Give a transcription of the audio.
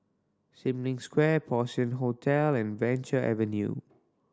Sim Lim Square Porcelain Hotel and Venture Avenue